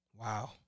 Wow